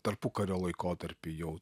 tarpukario laikotarpį jau